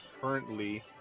currently